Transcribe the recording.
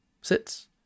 sits